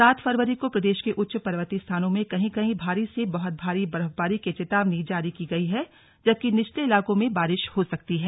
सात फरवरी को प्रदेश के उच्च पर्वतीय स्थानों में कहीं कहीं भारी से बहत भारी बर्फबारी की चेतावनी जारी की गई है जबकि निचले इलाकों में बारिश हो सकती है